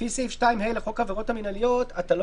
לפי סעיף 2(ה) לחוק העבירות המינהליות אתה לא